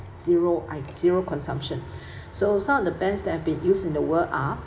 zero I zero consumption so some of the bans that have been used in the world are